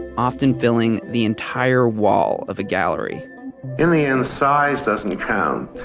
often filling the entire wall of a gallery in the end, size doesn't count.